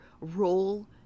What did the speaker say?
role